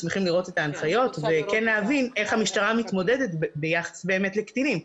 לראות את ההנחיות ולהבין איך המשטרה מתמודדת ביחס לקטינים.